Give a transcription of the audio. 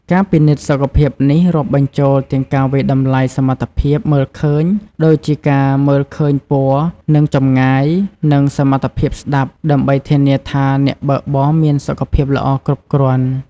ការពិនិត្យសុខភាពនេះរាប់បញ្ចូលទាំងការវាយតម្លៃសមត្ថភាពមើលឃើញ ដូចជាការមើលឃើញពណ៌ និងចម្ងាយ និងសមត្ថភាពស្ដាប់ ដើម្បីធានាថាអ្នកបើកបរមានសុខភាពល្អគ្រប់គ្រាន់។